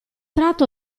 tratto